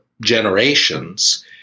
generations